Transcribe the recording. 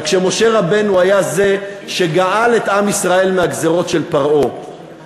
רק שמשה רבנו הוא שגאל את עם ישראל מהגזירות של פרעה,